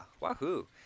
wahoo